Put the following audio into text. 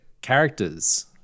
characters